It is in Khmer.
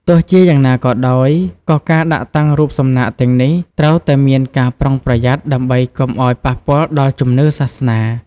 ទោះជាយ៉ាងណាក៏ដោយ ក៏ការដាក់តាំងរូបសំណាកទាំងនេះត្រូវតែមានការប្រុងប្រយ័ត្នដើម្បីកុំឱ្យប៉ះពាល់ដល់ជំនឿសាសនា។